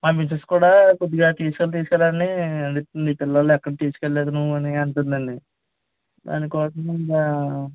మా మిసేస్ కూడా కొద్దిగా తీసుకెళ్ళు తీసుకెళ్ళు అని చెప్తుంది పిల్లలని ఎక్కడికి తీసుకెళ్ళలేదు నువ్వు అని అంటుందండి దాని కోసం ఇంకా